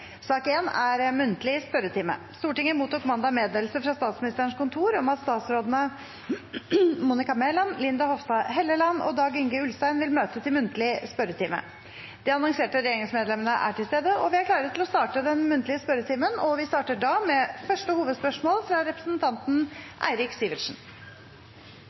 Stortinget mottok mandag meddelelse fra Statsministerens kontor om at statsrådene Monica Mæland, Linda Hofstad Helleland og Dag-Inge Ulstein vil møte til muntlig spørretime. De annonserte regjeringsmedlemmene er til stede, og vi er klare til å starte den muntlige spørretimen. Vi starter med første hovedspørsmål, fra representanten Eirik Sivertsen.